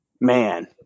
man